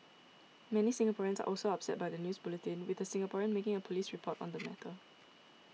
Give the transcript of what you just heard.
many Singaporeans are also upset by the news bulletin with a Singaporean making a police report on the matter